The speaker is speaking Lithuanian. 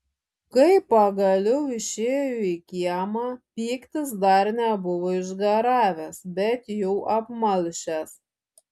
kai pagaliau išėjo į kiemą pyktis dar nebuvo išgaravęs bet jau apmalšęs